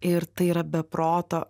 ir tai yra be proto